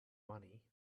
money